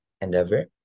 endeavor